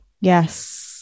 yes